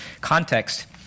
context